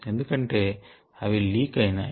ఎందుకంటే అవి లీక్ అయినాయి